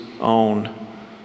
own